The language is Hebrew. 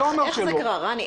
איך זה קרה, רני?